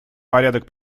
порядок